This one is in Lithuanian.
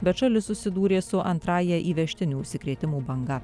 bet šalis susidūrė su antrąja įvežtinių užsikrėtimų banga